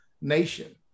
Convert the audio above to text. nation